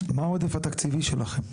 מה העודף התקציבי שלכם?